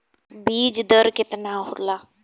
बीज दर केतना होला?